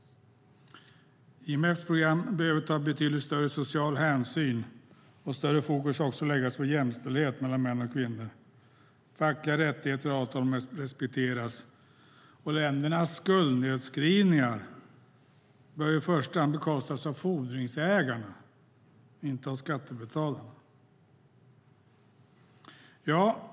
IMF:s program behöver ta betydligt större social hänsyn, och större fokus måste också läggas på jämställdhet mellan män och kvinnor. Fackliga rättigheter och avtal måste respekteras. Ländernas skuldnedskrivningar bör i första hand bekostas av fordringsägarna och inte av skattebetalarna.